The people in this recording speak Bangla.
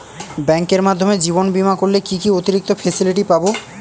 ব্যাংকের মাধ্যমে জীবন বীমা করলে কি কি অতিরিক্ত ফেসিলিটি পাব?